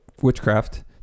witchcraft